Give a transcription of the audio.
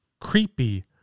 Creepy